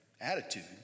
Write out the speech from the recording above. attitude